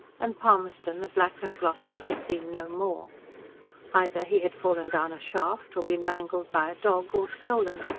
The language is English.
and palmerston, the black and glossy, was seen no more either he had fallen down a shaft, or been mangled by a dog, or stolen,